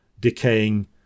decaying